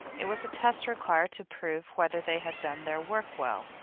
it was a test required to prove whether they had done their work well.